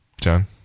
John